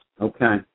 Okay